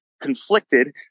conflicted